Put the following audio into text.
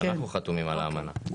אנחנו חתומים על האמנה.